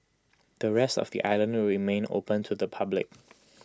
the rest of the island will remain open to the public